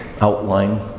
outline